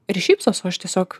ir šypsos o aš tiesiog